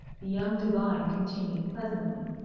the young divine continued, pleasantly.